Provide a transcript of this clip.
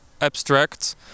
abstract